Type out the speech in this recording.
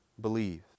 believe